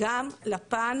גם לפן